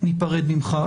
וניפרד ממך.